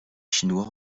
chinois